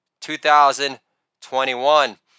2021